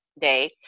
day